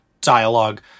dialogue